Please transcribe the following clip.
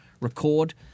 record